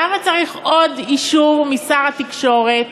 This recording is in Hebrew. למה צריך עוד אישור משר התקשורת?